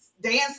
Dancing